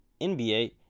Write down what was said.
NBA